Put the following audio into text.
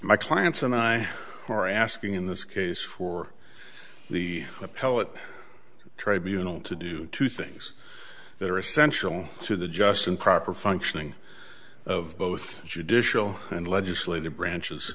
my clients and i are asking in this case for the appellate tribunals to do two things that are essential to the just and proper functioning of both the judicial and legislative branches